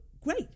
great